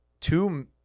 two